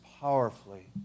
powerfully